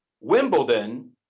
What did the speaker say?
Wimbledon